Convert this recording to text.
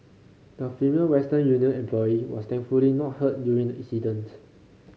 the female Western Union employee was thankfully not hurt during the incident